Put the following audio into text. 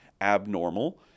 abnormal